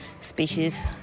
species